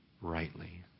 rightly